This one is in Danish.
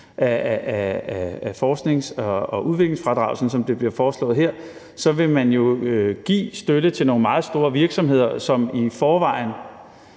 af forsknings- og udviklingsfradraget, sådan som det bliver foreslået her, vil man jo give støtte til nogle meget store virksomheder, som i forvejen